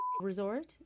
Resort